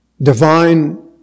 Divine